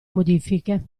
modifiche